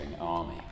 army